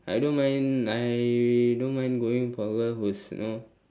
I don't mind I don't mind going for a girl who's you know